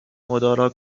مدارا